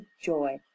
joy